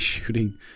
Shooting